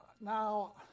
now